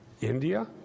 India